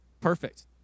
perfect